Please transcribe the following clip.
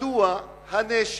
מדוע הנשק?